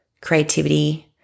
creativity